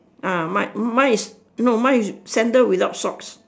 ah mine mine is no mine is sandal without socks